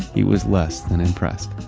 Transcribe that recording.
he was less than impressed.